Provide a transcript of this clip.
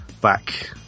back